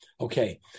Okay